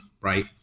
right